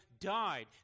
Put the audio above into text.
died